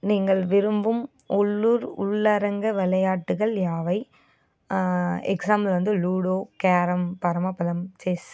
நீங்கள் விரும்பும் உள்ளூர் உள்ளரங்க விளையாட்டுகள் யாவை எக்ஸாம்பிள் வந்து லூடோ கேரம் பரமபதம் செஸ்